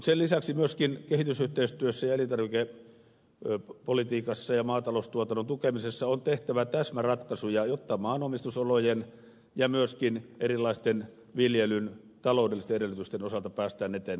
mutta sen lisäksi myöskin kehitysyhteistyössä ja elintarvikepolitiikassa ja maataloustuotannon tukemisessa on tehtävä täsmäratkaisuja jotta maanomistusolojen ja myöskin erilaisten viljelyn taloudellisten edellytysten osalta päästään etenemään